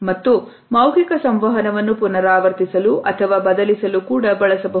ಮತ್ತು ಮೌಖಿಕ ಸಂವಹನವನ್ನು ಪುನರಾವರ್ತಿಸಲು ಅಥವಾ ಬದಲಿಸಲು ಕೂಡ ಬಳಸಬಹುದು